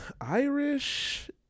Irish